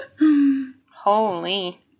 Holy